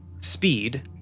speed